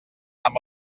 amb